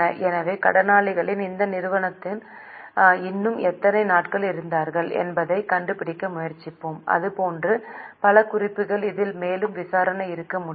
எனவே கடனாளிகள் அந்த நிறுவனத்துடன் இன்னும் எத்தனை நாட்கள் இருக்கிறார்கள் என்பதைக் கண்டுபிடிக்க முயற்சிப்போம் அது போன்ற பல குறிப்புகள் அதில் மேலும் விசாரணை இருக்க முடியும்